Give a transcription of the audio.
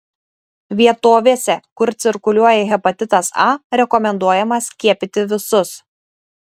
vietovėse kur cirkuliuoja hepatitas a rekomenduojama skiepyti visus